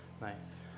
Nice